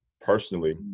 personally